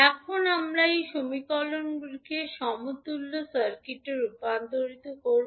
এখন আমরা এই সমীকরণগুলিকে সমতুল্য সার্কিটে রূপান্তর করব